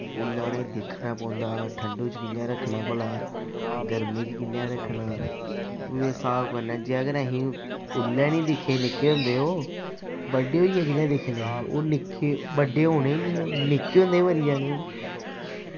उल्लै उ'नेंगी दिक्खना पौंदा ठंडू च कियां रक्खना भला गर्मी च कि'यां रक्खना उ'ऐ स्हाब कन्नै जे अगर असीं उसलै निं दिक्खे निक्के होंदे ओह् बड्डे होइयै कि'यां दिक्खने ओह् निक्के बड्डे होने गै नी निक्के होंदे गै मरी जाने ओह्